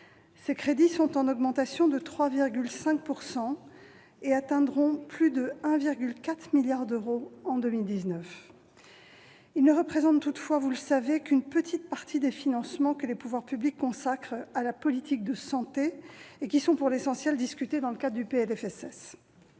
Ces derniers sont en augmentation de 3,5 % et atteindront plus de 1,4 milliard d'euros en 2019. Ils ne représentent toutefois, vous le savez, qu'une petite partie des financements que les pouvoirs publics consacrent à la politique de santé et qui sont, pour l'essentiel, discutés dans le cadre du projet